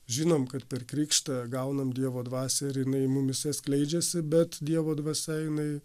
žinom kad per krikštą gaunam dievo dvasią ir jinai mumyse skleidžiasi bet dievo dvasia jinai